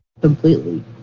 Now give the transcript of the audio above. completely